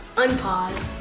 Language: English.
unpause.